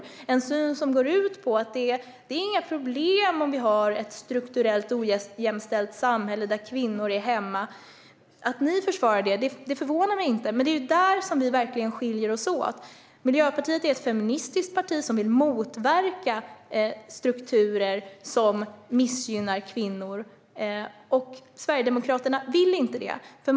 Det är en syn som går ut på att det inte är några problem om vi har ett strukturellt ojämställt samhälle där kvinnor är hemma. Att ni försvarar detta förvånar mig inte. Men det är ju där vi verkligen skiljer oss åt. Miljöpartiet är ett feministiskt parti som vill motverka strukturer som missgynnar kvinnor. Sverigedemokraterna vill inte det.